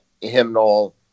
hymnal